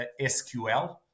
SQL